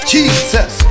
Jesus